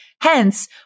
Hence